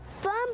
fun